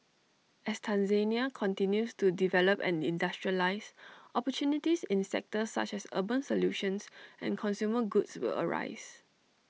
as Tanzania continues to develop and industrialise opportunities in sectors such as urban solutions and consumer goods will arise